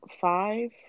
five